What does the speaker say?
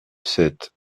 sept